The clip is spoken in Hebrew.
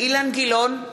אילן גילאון,